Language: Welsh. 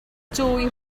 dwy